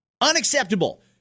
Unacceptable